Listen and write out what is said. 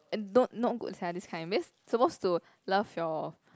and don't not good sia this kind because suppose to love your